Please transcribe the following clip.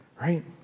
right